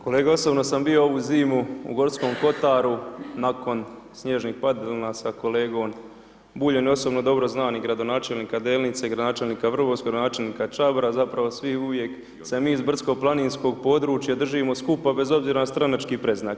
Kolega, osobno sam bio ovu zimu u Gorskom kotaru nakon snježnih padalina sa kolegom Buljem osobno, dobro znam i gradonačelnika Delnica i gradonačelnika Vrgorca, gradonačelnika Čabra, zapravo, svi uvijek se mi iz brdsko-planinskog područja držimo skupa bez obzira na stranački predznak.